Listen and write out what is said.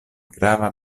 grava